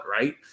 Right